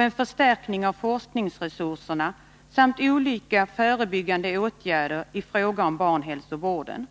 en förstärkning av forskningsresurserna samt olika förebyggande åtgärder i fråga om barnhälsovården.